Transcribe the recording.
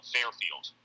Fairfield